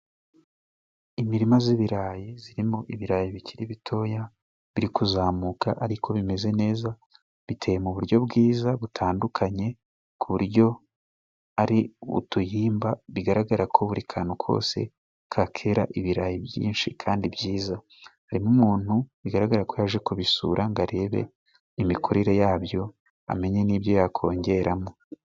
Imirima z'ibirayi zirimo ibirayi bikiri bitoya biri kuzamuka ariko bimeze neza, biteye mu buryo bwiza butandukanye ku buryo ari utuyimba bigaragarako buri kantu kose ka kera ibirayi byinshi kandi byiza, harimo umuntu bigaragara ko yaje kubisura ngo arebe imikurire yabyo amenye n'ibyo yakongeramo.